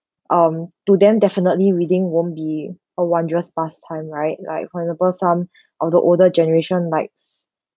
um to them definitely reading won't be a wondrous past time right like for example some of the older generation likes